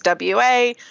WA